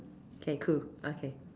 K cool okay